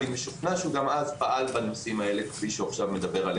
ואני משוכנע שגם אז הוא פעל בנושאים האלה כפי שהוא עכשיו מדבר עליהם.